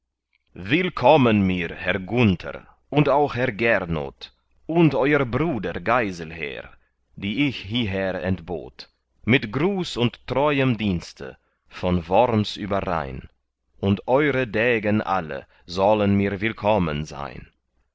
willkommen mir herr gunther und auch herr gernot und euer bruder geiselher die ich hieher entbot mit gruß und treuem dienste von worms überrhein und eure degen alle sollen mir willkommen sein